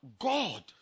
God